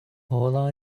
all